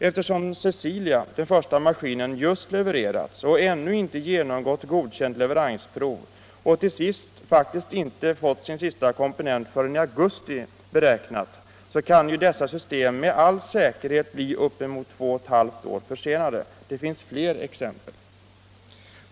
Eftersom Cecilia, den första maskinen, just levererats och ännu inte genomgått godkänt leveransprov och till sist faktiskt inte fått sin sista komponent som väntas i augusti, kan ju dessa system med all säkerhet bli upp emot två och ett halvt år försenade. Det finns fler exempel.